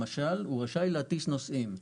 למשל, הוא רשאי להטיס נוסעים.